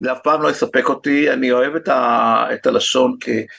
זה אף פעם לא יספק אותי, אני אוהב את הלשון.